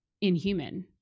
inhuman